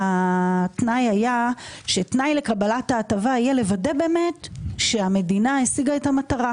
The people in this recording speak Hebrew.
התנאי היה שתנאי לקבלת ההטבה יהיה לוודא שהמדינה השיגה את המטרה,